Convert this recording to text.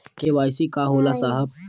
KYC का होला साहब?